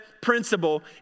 principle